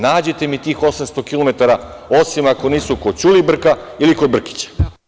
Nađite mi tih 800 kilometara, osim ako nisu kod Ćulibrka ili kod Brkića.